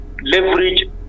leverage